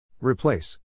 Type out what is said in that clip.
Replace